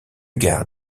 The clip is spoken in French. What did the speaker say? gare